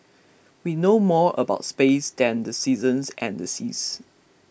we know more about space than the seasons and the seas